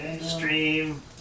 stream